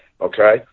okay